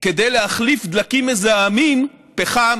כדי להחליף דלקים מזהמים פחם,